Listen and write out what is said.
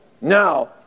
Now